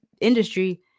industry